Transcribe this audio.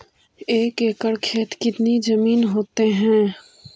एक एकड़ खेत कितनी जमीन होते हैं?